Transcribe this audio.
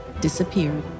disappeared